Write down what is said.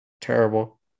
Terrible